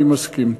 אני מסכים.